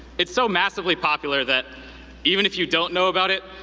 it's so massively popular that even if you don't know about it,